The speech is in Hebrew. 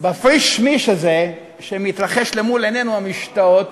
בפריש-מיש הזה שמתרחש למול עינינו המשתאות,